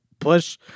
push